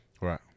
Right